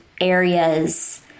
areas